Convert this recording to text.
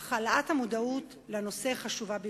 אך העלאת המודעות לנושא חשובה ביותר.